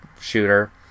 shooter